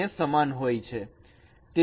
ને સમાન હોય છે